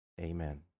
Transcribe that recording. Amen